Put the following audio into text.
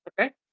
Okay